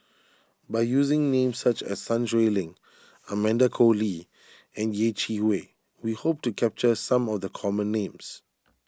by using names such as Sun Xueling Amanda Koe Lee and Yeh Chi Wei we hope to capture some of the common names